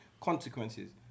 consequences